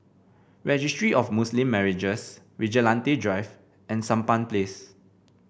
Registry of Muslim Marriages Vigilante Drive and Sampan Place